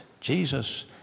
Jesus